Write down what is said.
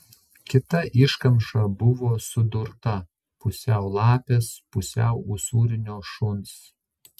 kita iškamša buvo sudurta pusiau lapės pusiau usūrinio šuns